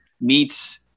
meets